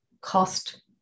cost